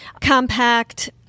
compact